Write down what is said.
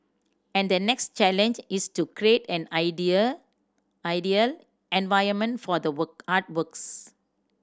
and the next challenge is to create an idea ideal environment for the artworks